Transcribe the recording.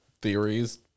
theories